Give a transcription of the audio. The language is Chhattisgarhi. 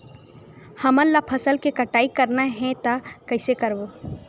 हमन ला फसल के कटाई करना हे त कइसे करबो?